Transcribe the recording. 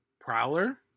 Prowler